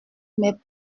mais